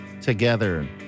together